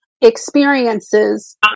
experiences